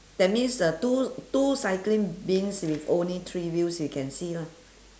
that means the two two cycling bins with only three wheels you can see lah